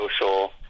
social